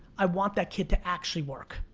i want that kid to actually work.